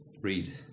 Read